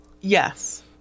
Yes